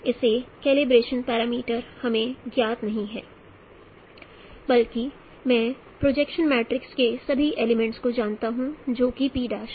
इसके calibration parameter हमें ज्ञात नहीं हैं बल्कि मैं प्रोजेक्शन मैट्रिक्स के सभी एलीमेंट्स को जानता हूं जो कि P' है